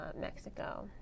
Mexico